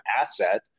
asset